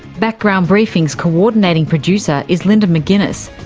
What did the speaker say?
background briefing's coordinating producer is linda mcginness,